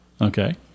Okay